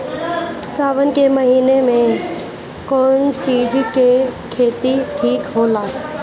सावन के महिना मे कौन चिज के खेती ठिक होला?